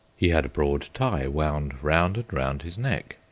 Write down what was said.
he had a broad tie wound round and round his neck,